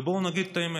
ובואו נגיד את האמת: